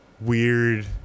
Weird